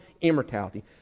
immortality